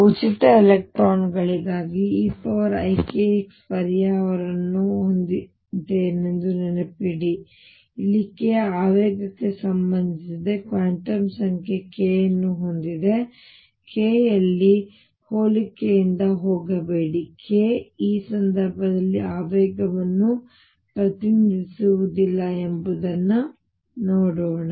ಉಚಿತ ಎಲೆಕ್ಟ್ರಾನ್ ಗಳಿಗಾಗಿ ನಾನುeikx ಪರಿಹಾರವನ್ನು ಹೊಂದಿದ್ದೆನೆಂದು ನೆನಪಿಡಿ ಇಲ್ಲಿ k ಆವೇಗಕ್ಕೆ ಸಂಬಂಧಿಸಿದೆ ಇಲ್ಲಿ ನಾನು ಕ್ವಾಂಟಮ್ ಸಂಖ್ಯೆ k ಅನ್ನು ಹೊಂದಲಿದ್ದೇನೆ ಆದರೆ ದಯವಿಟ್ಟು k ಯಲ್ಲಿ ಹೋಲಿಕೆಯಿಂದ ಹೋಗಬೇಡಿ k ಈ ಸಂದರ್ಭದಲ್ಲಿ ಆವೇಗವನ್ನು ಪ್ರತಿನಿಧಿಸುವುದಿಲ್ಲ ನೋಡೋಣ